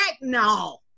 no